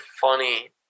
funny